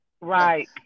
Right